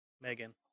Megan